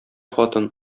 хатын